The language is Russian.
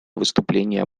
выступления